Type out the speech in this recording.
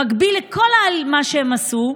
במקביל לכל מה שהם עשו,